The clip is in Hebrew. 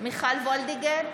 מיכל וולדיגר,